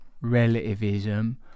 relativism